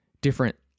different